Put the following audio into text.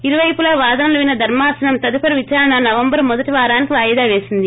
ఇరుపైపుల వాదనలు విన్న ధర్మాసనం తదుపరి విచారణ నవంబర్ మొదటి వారానికి వాయిదా పేసింది